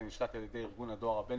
זה נשלט על ידי ארגון הדואר הבין-לאומי,